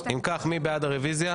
אם כך, מי בעד הרוויזיה?